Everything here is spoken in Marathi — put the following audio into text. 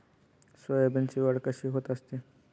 सोयाबीनची वाढ कशी होत असते?